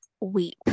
weep